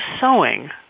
sewing